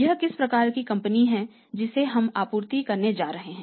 यह किस प्रकार की कंपनी है जिसे हम आपूर्ति करने जा रहे हैं